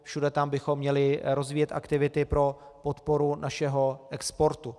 Všude tam bychom měli rozvíjet aktivity pro podporu našeho exportu.